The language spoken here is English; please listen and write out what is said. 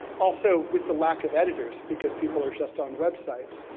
also, with the lack of editors, because people are just on websites,